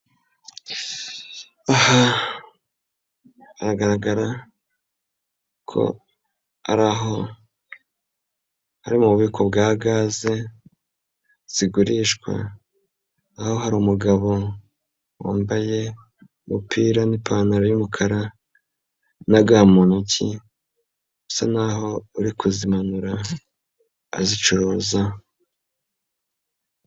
Aha hagaragara ko ari aho hari mu bubiko bwa gaze zigurishwa, aho hari umugabo wambaye umupira n'ipantaro y'umukara na ga mu ntoki usa naho uri kuzimanura azicuruza.